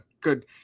Good